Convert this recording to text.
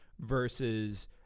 versus